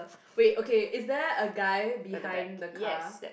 wait okay is there a guy behind the car